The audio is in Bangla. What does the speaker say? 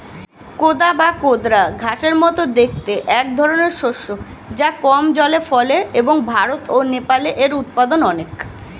কোদা বা কোদরা ঘাসের মতো দেখতে একধরনের শস্য যা কম জলে ফলে এবং ভারত ও নেপালে এর উৎপাদন অনেক